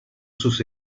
sus